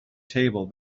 table